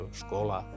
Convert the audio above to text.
škola